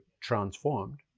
transformed